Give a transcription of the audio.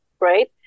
right